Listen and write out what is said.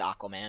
Aquaman